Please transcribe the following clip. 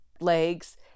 legs